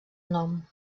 nom